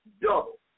double